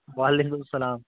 وعلیکُم اسَلام